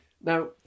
Now